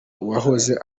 uwahoze